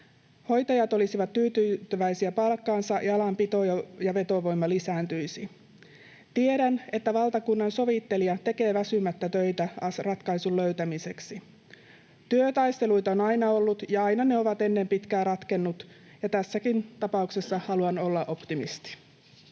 Hoitajat olisivat tyytyväisiä palkkaansa, ja alan pito- ja vetovoima lisääntyisi. Tiedän, että valtakunnansovittelija tekee väsymättä töitä ratkaisun löytämiseksi. Työtaisteluita on aina ollut, ja aina ne ovat ennen pitkää ratkenneet, ja tässäkin tapauksessa haluan olla optimisti.